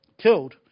killed